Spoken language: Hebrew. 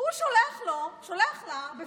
הוא שולח לה בווידיאו